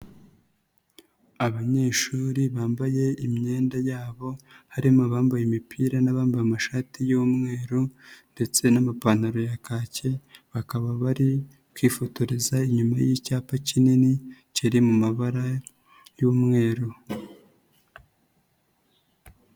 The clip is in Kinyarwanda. Abanyeshuri bambaye imyenda yabo, harimo abambaye imipira n'abambaye amashati y'umweru ndetse n'amapantaro ya kake, bakaba bari kwifotoreza inyuma y'icyapa kinini, kiri mu mabara y'umweru.